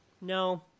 No